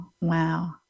Wow